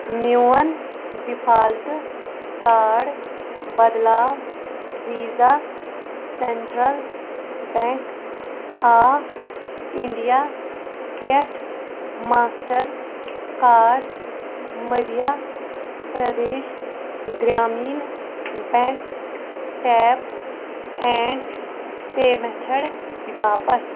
میون default card بدلاو Visa Central Bank of India پٮ۪ٹھ Mastercard Madhya Pradesh Gramin Bank tap and pay method باپتھ